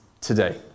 today